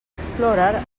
explorer